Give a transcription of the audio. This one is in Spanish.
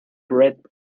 brett